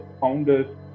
founders